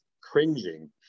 cringing